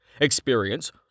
Experience